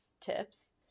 tips